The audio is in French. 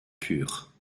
cure